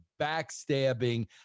backstabbing